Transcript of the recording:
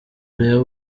urebe